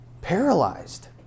Paralyzed